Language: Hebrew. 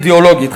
אידיאולוגית.